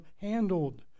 handled